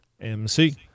MC